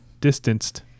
distanced